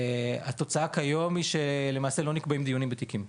התוצאה כיום היא שלמעשה לא נקבעים דיונים בתיקים.